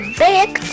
big